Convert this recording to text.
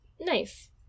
nice